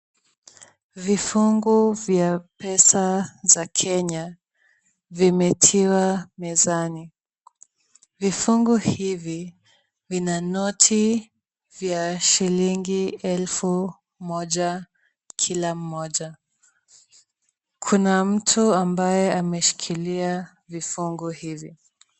Vifungo vya pesa za Kenya vimetiwa mezani, vifungo hivi vina noti vya shilingi elfu moja kila mmoja. Kuna mtu ambaye ameshikilia vifungu hizi.